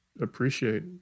appreciate